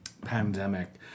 pandemic